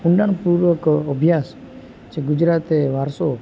ઊંડાણપૂર્વક અભ્યાસ જે ગુજરાતે વારસો